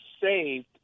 saved